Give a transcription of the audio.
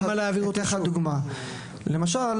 למשל,